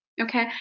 okay